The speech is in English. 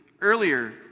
earlier